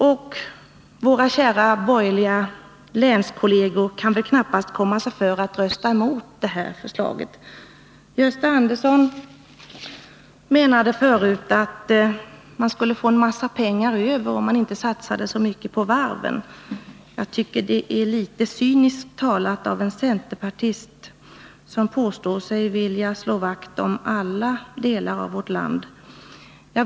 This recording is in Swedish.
Och våra kära borgerliga länskolleger kan väl knappast komma sig för med att rösta mot detta förslag. Gösta Andersson menade tidigare att vi skulle få en massa pengar över, om vi inte satsade så mycket på varven. Det är något cyniskt talat av en centerpartist som påstår sig vilja slå vakt om alla delar av vårt land.